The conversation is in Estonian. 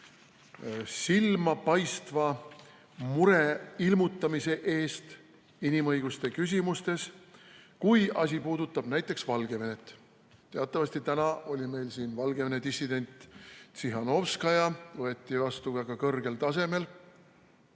silmapaistva mure ilmutamisest inimõiguste küsimustes, kui asi puudutab näiteks Valgevenet. Teatavasti oli täna meil siin Valgevene dissident Tsihhanovskaja, kes võeti vastu väga kõrgel tasemel.